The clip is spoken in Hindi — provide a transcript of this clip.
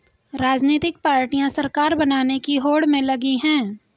राजनीतिक पार्टियां सरकार बनाने की होड़ में लगी हैं